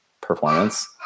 performance